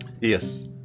Yes